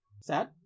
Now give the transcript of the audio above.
Sad